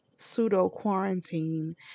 pseudo-quarantine